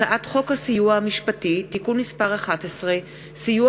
הצעת חוק הסיוע המשפטי (תיקון מס' 11) (סיוע